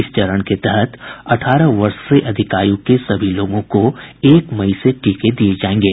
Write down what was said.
इस चरण के तहत अठारह वर्ष से अधिक आयु के सभी लोगों को एक मई से टीके दिये जायेंगे